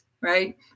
right